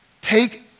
Take